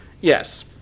yes